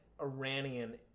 Iranian-